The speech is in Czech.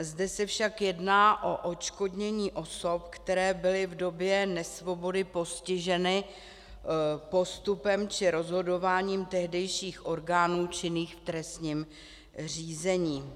Zde se však jedná o odškodnění osob, které byly v době nesvobody postiženy postupem při rozhodování tehdejších orgánů činných v trestním řízení.